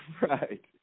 Right